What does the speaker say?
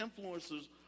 influencers